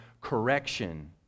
correction